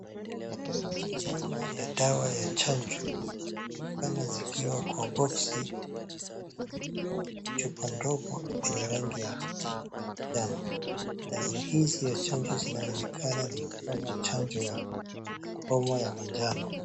Aina ya dawa ya chanjo zinaonekana zikiwa kwa boksi na zingine zikiwa kwa chupa ndogo yenye rangi ya manjano, dawa hizi ya chanjo zinaonekana ni kama chanjo ya homa ya manjano.